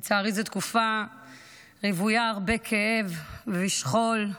לצערי זו תקופה רוויה בהרבה כאב ושכול.